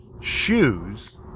shoes